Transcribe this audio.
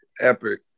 epic